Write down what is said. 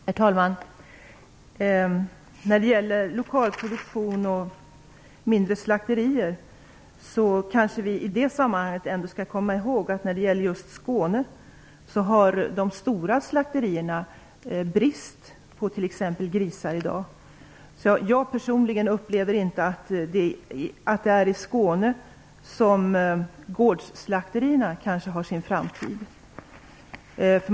Herr talman! När det gäller lokal produktion och mindre slakterier kanske vi i det sammanhanget skall komma ihåg att i Skåne har de stora slakterierna i dag brist på t.ex. grisar. Jag personligen upplever inte att det är i Skåne som gårdsslakterierna kanske har sin framtid.